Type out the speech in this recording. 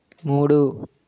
మూడు